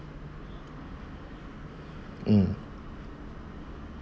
mm